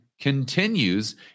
continues